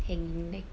hanging like